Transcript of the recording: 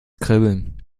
kribbeln